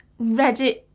reddit.